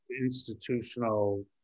institutional